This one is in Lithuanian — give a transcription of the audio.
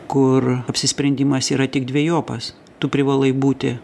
kur apsisprendimas yra tik dvejopas tu privalai būti